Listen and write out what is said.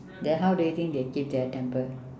then how do you think they keep their temple